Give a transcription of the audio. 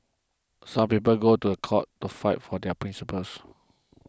some people go to court to fight for their principles